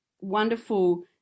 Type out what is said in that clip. wonderful